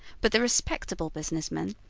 but the respectable business men,